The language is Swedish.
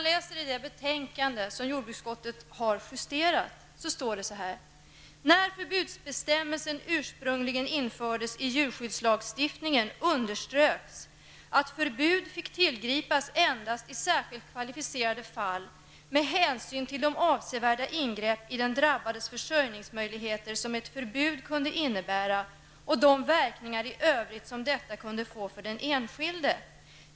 I det betänkande som jordbruksutskottet har justerat står det: ''När förbudsbestämmelsen ursprungligen infördes i djurskyddslagstiftningen underströks att förbud fick tillgripas endast i särskilt kvalificerade fall med hänsyn till de avsevärda ingrepp i den drabbades försörjningsmöjligheter som ett förbud kunde innebära och de verkningar i övrigt som detta kunde få för den enskilde.